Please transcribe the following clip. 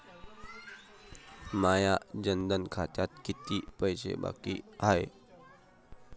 माया जनधन खात्यात कितीक पैसे बाकी हाय?